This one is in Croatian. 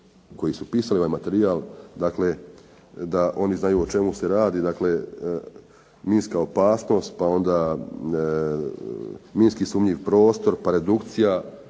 koji su pisali ovaj materijal da oni znaju o čemu se radi. Dakle minska opasnost, minski sumnjiv prostor pa redukcija